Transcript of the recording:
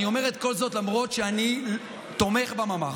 אני אומר את כל זאת למרות שאני תומך בממ"ח.